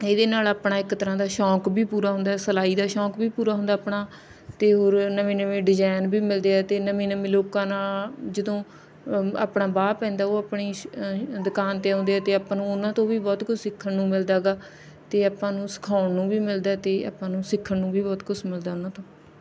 ਇਹਦੇ ਨਾਲ ਆਪਣਾ ਇੱਕ ਤਰ੍ਹਾਂ ਦਾ ਸ਼ੌਕ ਵੀ ਪੂਰਾ ਹੁੰਦਾ ਸਿਲਾਈ ਦਾ ਸ਼ੌਕ ਵੀ ਪੂਰਾ ਹੁੰਦਾ ਆਪਣਾ ਅਤੇ ਹੋਰ ਨਵੇਂ ਨਵੇਂ ਡਿਜ਼ਾਇਨ ਵੀ ਮਿਲਦੇ ਆ ਅਤੇ ਨਵੇਂ ਨਵੇਂ ਲੋਕਾਂ ਨਾਲ ਜਦੋਂ ਆਪਣਾ ਵਾਹ ਪੈਂਦਾ ਉਹ ਆਪਣੀ ਸ਼ ਦੁਕਾਨ 'ਤੇ ਆਉਂਦੇ ਹੈ ਅਤੇ ਆਪਾਂ ਨੂੰ ਉਹਨਾਂ ਤੋਂ ਵੀ ਬਹੁਤ ਕੁਝ ਸਿੱਖਣ ਨੂੰ ਮਿਲਦਾ ਗਾ ਅਤੇ ਆਪਾਂ ਨੂੰ ਸਿਖਾਉਣ ਨੂੰ ਵੀ ਮਿਲਦਾ ਅਤੇ ਆਪਾਂ ਨੂੰ ਸਿੱਖਣ ਨੂੰ ਵੀ ਬਹੁਤ ਕੁਛ ਮਿਲਦਾ ਉਹਨਾਂ ਤੋਂ